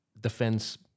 defense